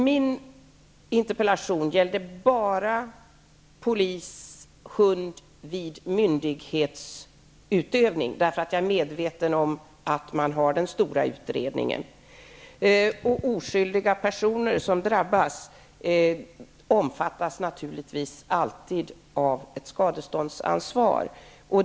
Min interpellation gällde bara polishund vid myndighetsutövning, för jag är ju medveten om att det pågår en stor utredning. Oskyldiga personer som drabbas omfattas naturligtvis alltid av ett skadeståndsansvar.